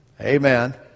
Amen